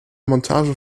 montage